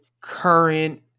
current